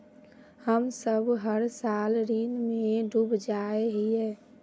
हम सब हर साल ऋण में डूब जाए हीये?